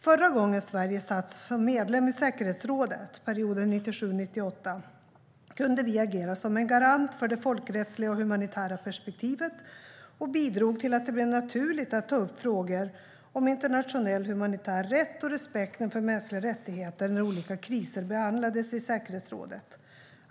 Förra gången Sverige satt som medlem i säkerhetsrådet, perioden 1997-1998, kunde vi agera som en garant för det folkrättsliga och humanitära perspektivet och bidrog till att det blev naturligt att ta upp frågor om internationell humanitär rätt och respekten för mänskliga rättigheter när olika kriser behandlades i säkerhetsrådet.